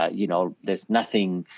ah you know, there's nothing,